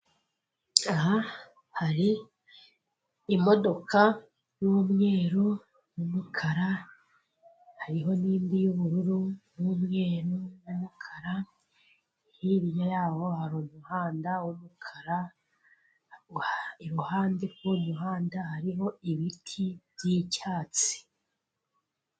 Aha hari imodoka y'umweru, umukara, hariho n'indi y'ubururu n'umweru n'umukara, hirya yabo hari umuhanda w'umukara, iruhande rw'umuhanda hariho ibiti by'icyatsi.